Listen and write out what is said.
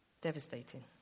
Devastating